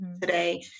today